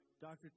Dr